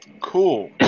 Cool